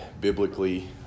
biblically